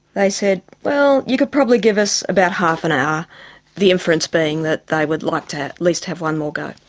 they said, well, you could probably give us about half an hour the inference being that they would like to at least have one more go.